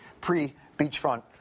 pre-beachfront